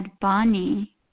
Bonnie